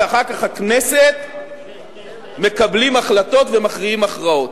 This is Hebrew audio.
ואחר כך הכנסת מקבלים החלטות ומכריעים הכרעות.